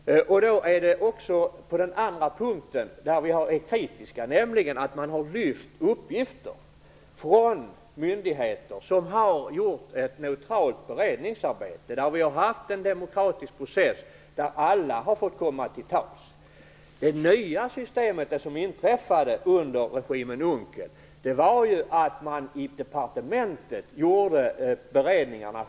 Den andra punkt där vi är kritiska gäller att man har lyft uppgifter från myndigheter som har gjort ett neutralt beredningsarbete och där vi har haft en demokratisk process där alla har fått komma till tals. Det som inträffade under regimen Unckel var att man i departementet själv gjorde beredningarna.